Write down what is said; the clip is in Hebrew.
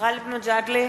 גאלב מג'אדלה,